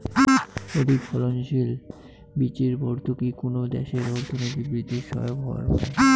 অধিকফলনশীল বীচির ভর্তুকি কুনো দ্যাশের অর্থনীতি বিদ্ধির সহায়ক হবার পায়